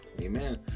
Amen